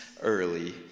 early